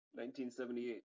1978